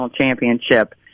championship